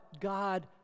God